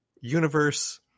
Universe